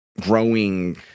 growing